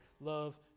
love